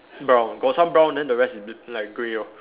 brown got some brown then the rest is bl~ like grey lor